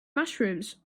mushrooms